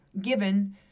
given